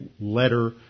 letter